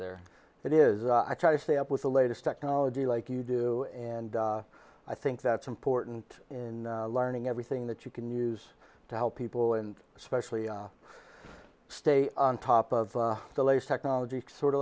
there it is i try to stay up with the latest technology like you do and i think that's important in learning everything that you can use to help people and especially stay on top of the latest technology sort of